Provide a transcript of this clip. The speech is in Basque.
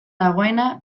dagoena